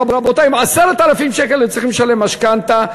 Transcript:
רבותי, עם 10,000 שקל הם צריכים לשלם משכנתה,